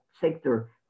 sector